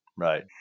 Right